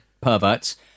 perverts